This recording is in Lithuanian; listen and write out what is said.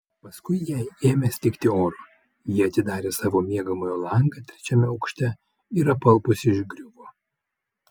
paskui jai ėmė stigti oro ji atidarė savo miegamojo langą trečiame aukšte ir apalpusi išgriuvo